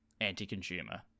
anti-consumer